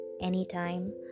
anytime